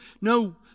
No